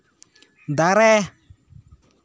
ᱫᱟᱨᱮ